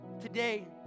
Today